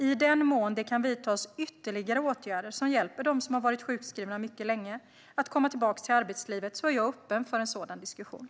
I den mån det kan vidtas ytterligare åtgärder som hjälper dem som varit sjukskrivna mycket länge att komma tillbaka till arbetslivet är jag öppen för en sådan diskussion.